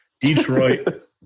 Detroit